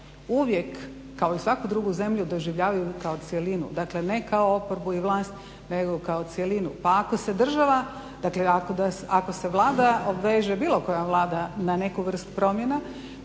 uvijek kao i svaku drugu zemlju doživljavaju kao cjelinu. Dakle, ne kao oporbu i vlast nego kao cjelinu. Pa ako se država, dakle ako se Vlada obveže, bilo koja Vlada na neku vrst promjena,